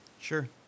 Sure